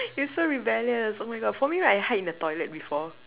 you're so rebellious oh my god for me right I hide in the toilet before